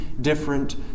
different